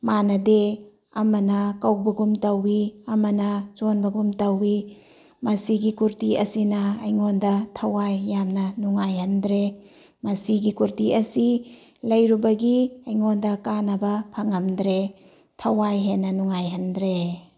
ꯃꯥꯟꯅꯗꯦ ꯑꯃꯅ ꯀꯧꯕꯒꯨꯝ ꯇꯧꯏ ꯑꯃꯅ ꯆꯣꯟꯕꯒꯨꯝ ꯇꯧꯏ ꯃꯁꯤꯒꯤ ꯀꯨꯔꯇꯤ ꯑꯁꯤꯅ ꯑꯩꯉꯣꯟꯗ ꯊꯋꯥꯏ ꯌꯥꯝꯅ ꯅꯨꯡꯉꯥꯏꯍꯟꯗ꯭ꯔꯦ ꯃꯁꯤꯒꯤ ꯀꯨꯔꯇꯤ ꯑꯁꯤ ꯂꯩꯔꯨꯕꯒꯤ ꯑꯩꯉꯣꯟꯗ ꯀꯥꯟꯅꯕ ꯐꯪꯉꯝꯗ꯭ꯔꯦ ꯊꯋꯥꯏ ꯍꯦꯟꯅ ꯅꯨꯡꯉꯥꯏꯍꯟꯗ꯭ꯔꯦ